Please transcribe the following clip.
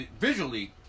visually